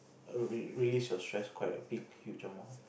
err re~release your stress quite a big huge amount